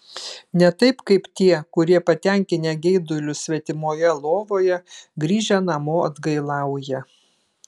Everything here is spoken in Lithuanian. ne taip kaip tie kurie patenkinę geidulius svetimoje lovoje grįžę namo atgailauja